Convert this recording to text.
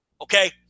Okay